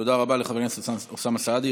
תודה רבה לחבר הכנסת אוסאמה סעדי.